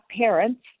parents